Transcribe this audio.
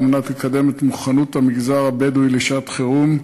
מנת לקדם את מוכנות המגזר הבדואי לשעת-חירום,